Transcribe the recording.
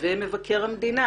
ומבקר המדינה